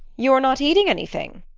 you're not eating anything,